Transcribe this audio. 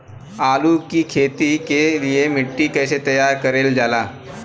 आलू की खेती के लिए मिट्टी कैसे तैयार करें जाला?